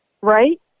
Right